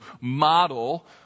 model